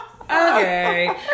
Okay